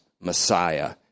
Messiah